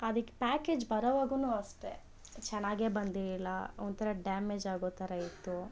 ಅದಕ್ಕೆ ಪ್ಯಾಕೇಜ್ ಬರುವಾಗಲು ಅಷ್ಟೆ ಚೆನ್ನಾಗೆ ಬಂದೆ ಇಲ್ಲ ಒಂಥರ ಡ್ಯಾಮೇಜ್ ಆಗೋ ಥರ ಇತ್ತು